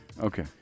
Okay